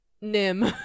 Nim